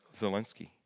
Zelensky